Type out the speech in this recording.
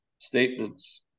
statements